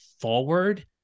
forward